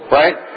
right